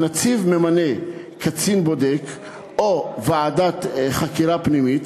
הנציב ממנה קצין בודק או ועדת חקירה פנימית